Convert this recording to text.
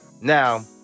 Now